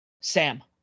Sam